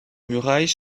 murailles